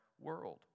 world